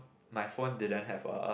my phone didn't have a